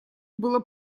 было